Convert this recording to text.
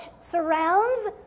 surrounds